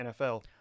NFL